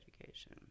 education